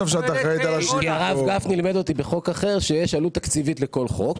כי הרב גפני לימד אותי בחוק אחר שיש עלות תקציבית לכל חוק.